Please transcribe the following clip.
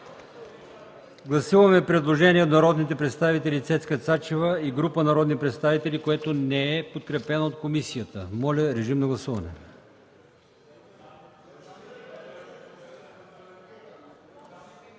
Гласуваме предложение от народния представител Цецка Цачева и група народни представители, което не е подкрепено от комисията. Гласували